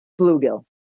Bluegill